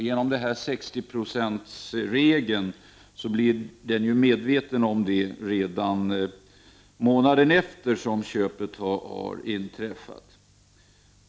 Genom 60-procentsregeln blir man medveten om detta redan månaden efter det att köpet har inträffat.